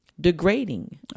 degrading